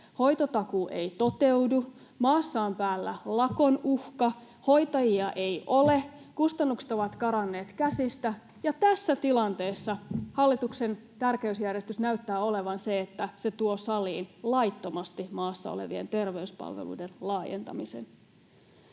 hoitotakuu ei toteudu, maassa on päällä lakonuhka, hoitajia ei ole, kustannukset ovat karanneet käsistä, ja tässä tilanteessa hallituksen tärkeysjärjestys näyttää olevan se, että se tuo saliin laittomasti maassa olevien terveyspalveluiden laajentamisen.